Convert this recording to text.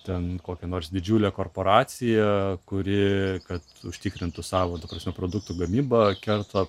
ten kokia nors didžiulė korporacija kuri kad užtikrintų savo ta prasme produktų gamybą kerta